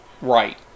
right